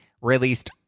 released